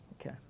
Okay